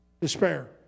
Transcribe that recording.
despair